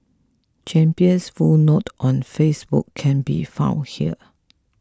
champion's full note on Facebook can be found here